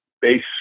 base